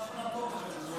אנחנו נעקוב.